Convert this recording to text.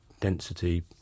density